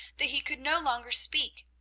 that he could no longer speak,